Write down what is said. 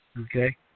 okay